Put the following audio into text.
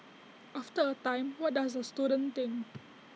after A time what does the student think